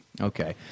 okay